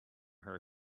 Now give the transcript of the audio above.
her